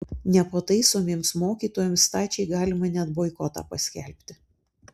nepataisomiems mokytojams stačiai galima net boikotą paskelbti